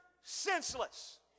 senseless